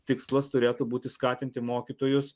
tikslas turėtų būti skatinti mokytojus